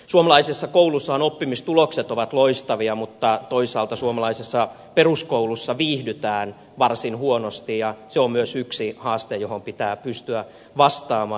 suomalaisessa koulussahan oppimistulokset ovat loistavia mutta toisaalta suomalaisessa peruskoulussa viihdytään varsin huonosti ja se on myös yksi haaste johon pitää pystyä vastaamaan